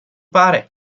pare